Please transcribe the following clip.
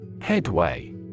Headway